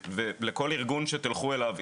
לכל ארגון שתלכו אליו,